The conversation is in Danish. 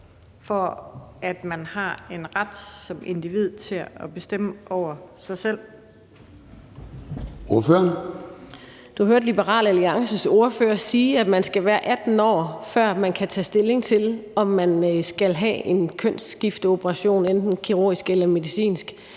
Formanden (Søren Gade): Ordføreren. Kl. 21:05 Louise Brown (LA): Du hørte Liberal Alliances ordfører sige, at man skal være 18 år, før man kan tage stilling til, om man skal have en kønsskifteoperation, enten kirurgisk eller medicinsk,